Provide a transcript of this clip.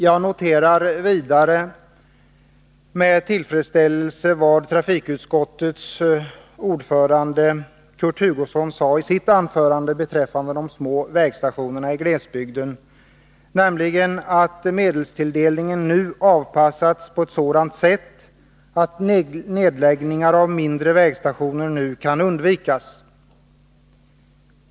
Jag noterar vidare med tillfredsställelse vad trafikutskottets ordförande Kurt Hugosson sade i sitt anförande beträffande de små vägstationerna i glesbygd, nämligen att medelstilldelningen nu avpassats på sådant sätt att nedläggningar av mindre vägstationer kan undvikas.